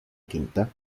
quinta